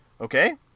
okay